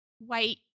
white